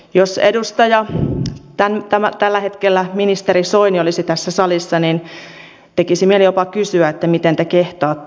jos edustaja tällä hetkellä ministeri soini olisi tässä salissa niin tekisi mieli jopa kysyä miten te kehtaatte